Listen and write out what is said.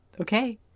Okay